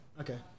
Okay